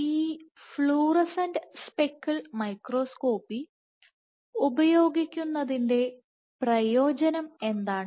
ഈ fluorescent speckle microscopy ഉപയോഗിക്കുന്നതിന്റെ പ്രയോജനം എന്താണ്